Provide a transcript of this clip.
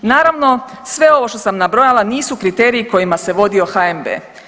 Naravno, sve ovo što sam nabrojala nisu kriteriji kojima se vodio HNB.